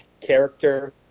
character